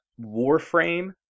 Warframe